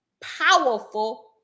powerful